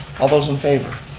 all those in favor?